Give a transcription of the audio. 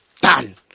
Done